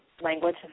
language